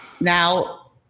Now